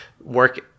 work